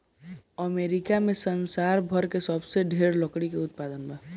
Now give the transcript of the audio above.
America में संसार भर में सबसे ढेर लकड़ी के उत्पादन बा